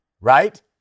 right